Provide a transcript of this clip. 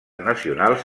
nacionals